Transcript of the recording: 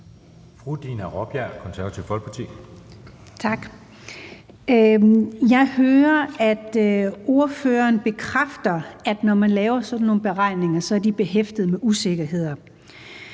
Jeg hører, at ordføreren bekræfter, at når man laver sådan nogle beregninger, er de behæftet med usikkerheder,